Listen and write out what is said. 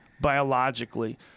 biologically